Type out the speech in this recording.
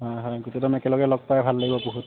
হয় হয় গোটেই দ'ম একেলগে লগ পাই ভাল লাগিব বহুত